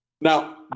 Now